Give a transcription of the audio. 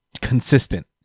consistent